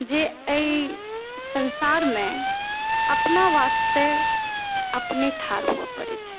जे एहि संसारमे अपना वास्ते अपने ठाढ़ होबय परै छै